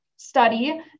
study